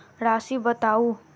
राशि बताउ